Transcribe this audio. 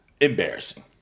embarrassing